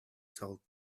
told